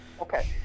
okay